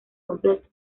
completo